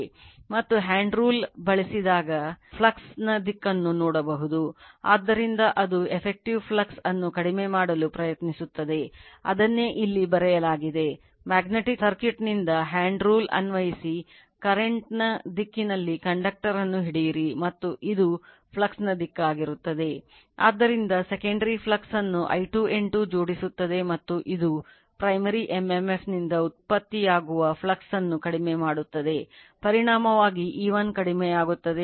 ಮತ್ತು hand rule ಅನ್ನು ಹಿಡಿಯಿರಿ ಮತ್ತು ಇದು ಫ್ಲಕ್ಸ್ನ ದಿಕ್ಕಾಗಿರುತ್ತದೆ